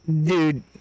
Dude